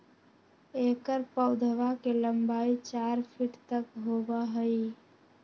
एकर पौधवा के लंबाई चार फीट तक होबा हई